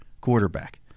quarterback